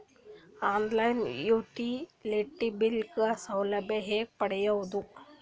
On line utility bill ಗ ಸೌಲಭ್ಯ ಹೇಂಗ ಪಡೆಯೋದು?